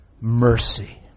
mercy